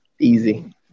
Easy